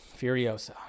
Furiosa